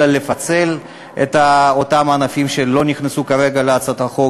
אלא לפצל את אותם הענפים שלא נכנסו כרגע להצעת החוק,